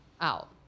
out